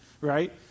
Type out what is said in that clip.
right